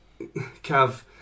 Cav